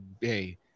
Hey